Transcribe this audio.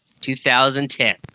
2010